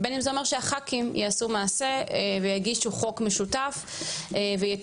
ובין אם זה אומר שהח"כים יעשו מעשה ויגישו חוק משותף ויתקנו.